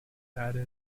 added